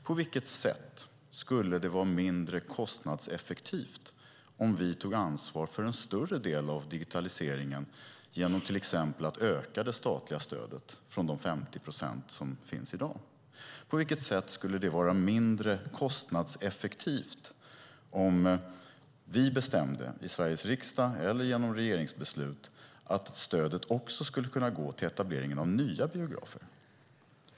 På vilket sätt skulle det vara mindre kostnadseffektivt om vi tog ansvar för en större del av digitaliseringen genom att till exempel öka det statliga stödet till mer än de 50 procent som är i dag? På vilket sätt skulle det vara mindre kostnadseffektivt om Sveriges riksdag eller regering beslutade att stödet också skulle kunna gå till etableringen av nya biografer?